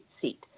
seat